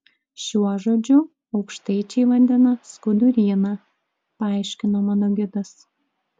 šiuo žodžiu aukštaičiai vadina skuduryną paaiškino mano gidas